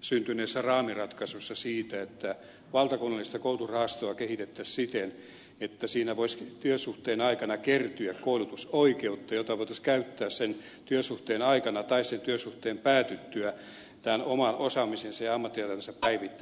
syntyneessä raamiratkaisussa maininta siitä että valtakunnallista koulutusrahastoa kehitettäisiin siten että siinä voisi työsuhteen aikana kertyä koulutusoikeutta jota voitaisiin käyttää työsuhteen aikana tai työsuhteen päätyttyä oman osaamisensa ja ammattitaitonsa päivittämiseen